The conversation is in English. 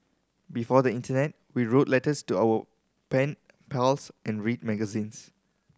before the Internet we wrote letters to our pen pals and read magazines